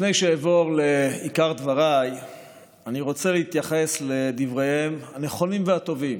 לפני שאעבור לעיקר דבריי אני רוצה להתייחס לדבריהם הנכונים והטובים